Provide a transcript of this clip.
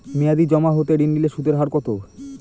মেয়াদী জমা হতে ঋণ নিলে সুদের হার কত?